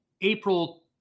April